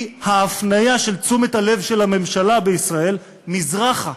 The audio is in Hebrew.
ההפניה של תשומת הלב של הממשלה בישראל מזרחה.